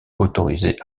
autorisé